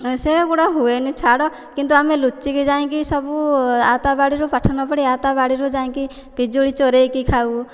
ସେଗୁଡ଼ା ହୁଏନି ଛାଡ଼ କିନ୍ତୁ ଆମେ ଲୁଚିକି ଯାଇକି ସବୁ ୟା ତା ବାଡ଼ିରୁ ପାଠ ନ ପଢି ୟା ତା ବାଡ଼ିରୁ ଯାଇକି ପିଜୁଳି ଚୋରେଇକି ଖାଉ